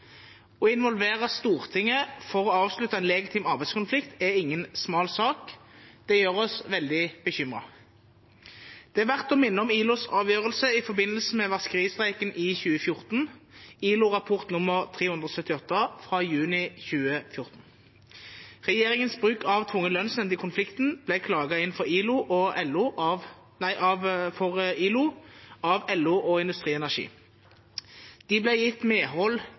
Å involvere Stortinget for å avslutte en legitim arbeidskonflikt er ingen smal sak, og det gjør oss veldig bekymret. Det er verdt å minne om ILOs avgjørelse i forbindelse med vaskeristreiken i 2014, ILO-rapport nr. 378 fra juni 2016. Regjeringens bruk av tvungen lønnsnemnd i konflikten ble klaget inn for ILO av LO og Industri Energi. De ble gitt medhold